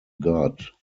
god